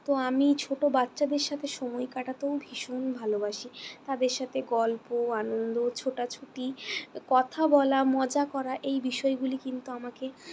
তো আমি ছোটো বাচ্চাদের সাথে সময় কাটাতেও ভীষণ ভালোবাসি তাদের সাথে গল্প আনন্দ ছোটাছুটি কথা বলা মজা করা এই বিষয়গুলি কিন্তু আমাকে